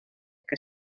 que